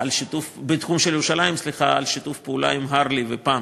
על שיתוף פעולה עם הרל"י ופמ"י.